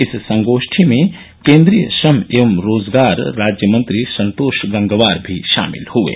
इस संगोष्ठी में केन्द्रीय श्रम एवं रोजगार राज्य मंत्री संतोष गंगवार भी शामिल हये